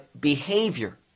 behavior